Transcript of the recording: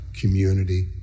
community